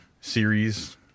series